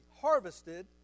harvested